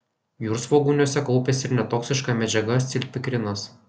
jūrsvogūniuose kaupiasi ir netoksiška medžiaga scilpikrinas